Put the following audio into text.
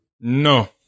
No